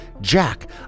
Jack